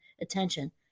attention